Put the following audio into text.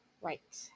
right